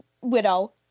widow